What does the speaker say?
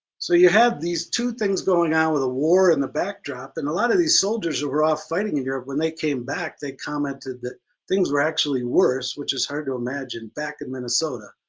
so you have these two things going on with a war in the backdrop and a lot of these soldiers are off fighting in europe, when they came back they commented that things were actually worse, which is hard to imagine back in minnesota,